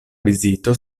vizito